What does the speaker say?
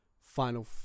final